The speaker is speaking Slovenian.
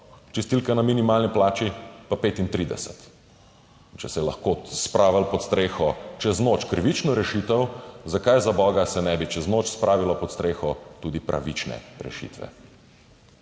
čistilka na minimalni plači pa 35. Če se je lahko spravilo pod streho čez noč krivično rešitev, zakaj zaboga se ne bi čez noč spravilo pod streho tudi pravične rešitve?